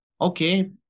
okay